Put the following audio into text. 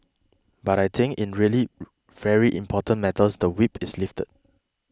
but I think in really very important matters the whip is lifted